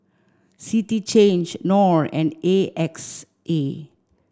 City Change Knorr and A X A